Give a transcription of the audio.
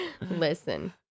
listen